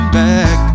back